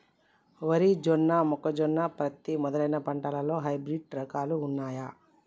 వరి జొన్న మొక్కజొన్న పత్తి మొదలైన పంటలలో హైబ్రిడ్ రకాలు ఉన్నయా?